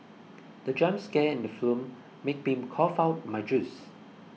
the jump scare in the film made been cough out my juice